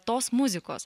tos muzikos